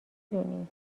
دونی